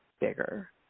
bigger